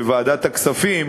בוועדת הכספים.